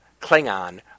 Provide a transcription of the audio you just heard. Klingon